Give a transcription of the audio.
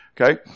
Okay